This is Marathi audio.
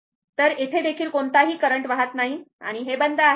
तर येथे देखील कोणता हि करंट वाहत नाही आणि हे बंद आहे